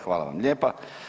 Hvala vam lijepa.